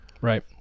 Right